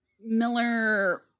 Miller